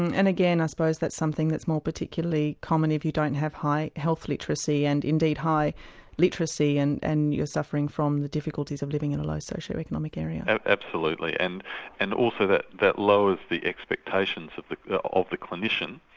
and and again i suppose that's something that's more particularly common if you don't have high health literacy and indeed high literacy and and you're suffering from the difficulties of living in a low socioeconomic area. absolutely, and and also that lowering of the expectations of the of the clinician,